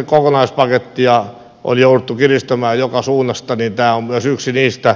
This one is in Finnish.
osana kokonaispakettia on jouduttu kiristämään joka suunnasta ja tämä on myös yksi niistä